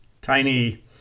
tiny